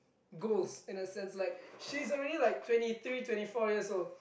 goals in a sense like she is already like twenty three twenty four years old